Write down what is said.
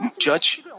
judge